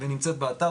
ונמצאת באתר,